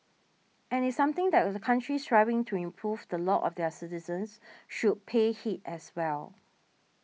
and it's something that countries striving to improve the lot of their citizens should pay heed as well